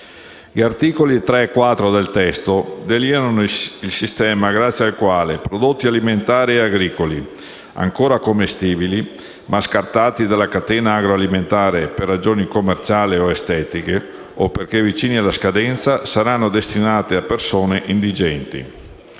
Gli articoli 3 e 4 del testo delineano il sistema grazie al quale prodotti alimentari e agricoli, ancora commestibili, ma scartati dalla catena agroalimentare per ragioni commerciali o estetiche, o perché vicini alla scadenza, saranno destinati a persone indigenti.